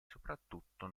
soprattutto